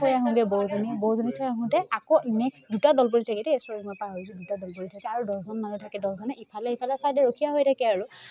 থৈ আহোঁগে বৌজনী বৌজনী থৈ আহোঁতে আকৌ নেক্সট দুটা দলপতি থাকে দেই চৰি মই পাহৰিছোঁ দুটা দলপতি থাকে আৰু দহজন মানুহে থাকে দহজনে ইফালে ইফালে ছাইডে ৰখীয়া হৈ থাকে আৰু